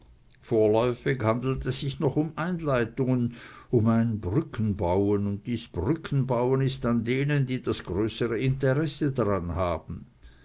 vorläufig handelt es sich noch um einleitungen um ein brückenbauen und dies brückenbauen ist an denen die das größere interesse daran haben